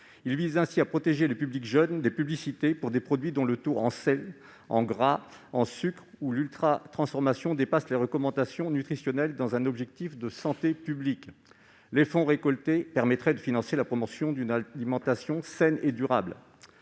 voulons ainsi protéger les publics jeunes des publicités pour des produits, dont les taux en sel, en gras et en sucre ou l'ultra-transformation dépassent les recommandations nutritionnelles. Les fonds récoltés permettraient de financer la promotion d'une alimentation saine et durable.